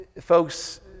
Folks